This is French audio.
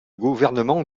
gouvernement